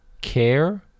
care